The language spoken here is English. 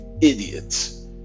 idiots